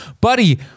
buddy